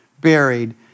buried